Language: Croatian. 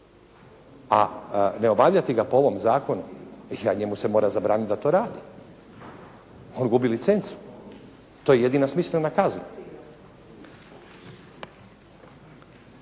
a ne obavljati ga po ovom zakonu njemu se mora zabraniti da to radi. On gubi licencu. To je jedina smislena kazna.